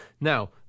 Now